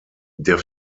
der